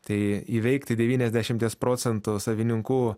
tai įveikti devyniasdešimties procentų savininkų